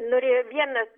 norėjom vieną